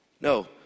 No